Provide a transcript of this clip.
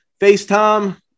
FaceTime